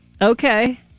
Okay